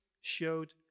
showed